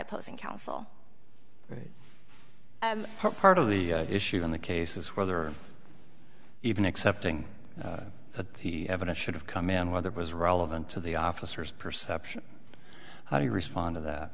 opposing counsel for her part of the issue in the case is whether even accepting the evidence should have come in whether it was relevant to the officers perception how do you respond to that